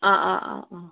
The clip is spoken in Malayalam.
അ